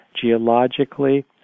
geologically